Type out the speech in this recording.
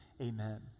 amen